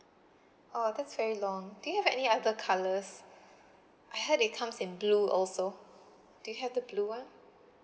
oh that's very long do you have any other colours I heard it comes in blue also do you have the blue one